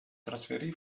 trasferì